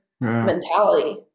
mentality